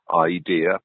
idea